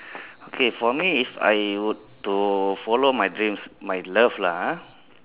okay for me if I would to follow my dreams my love lah ah